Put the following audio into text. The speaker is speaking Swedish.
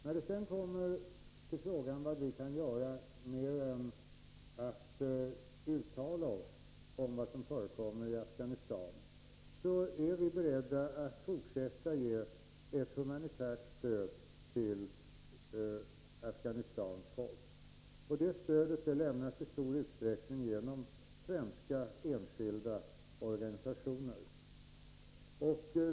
När det sedan gäller frågan om vad vi kan göra utöver att uttala oss om vad som förekommer i Afghanistan vill jag säga att vi är beredda att fortsätta att ge ett humanitärt stöd till Afghanistans folk. Stödet lämnas i stor utsträck 86 ning genom svenska enskilda organisationer.